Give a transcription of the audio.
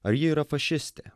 ar ji yra fašistė